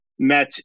met